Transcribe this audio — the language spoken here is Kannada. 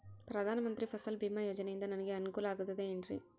ಪ್ರಧಾನ ಮಂತ್ರಿ ಫಸಲ್ ಭೇಮಾ ಯೋಜನೆಯಿಂದ ನನಗೆ ಅನುಕೂಲ ಆಗುತ್ತದೆ ಎನ್ರಿ?